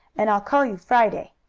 and i'll call you friday.